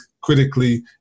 critically